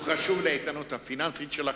הוא חשוב לאיתנות הפיננסית שלה.